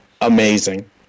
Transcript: amazing